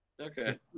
Okay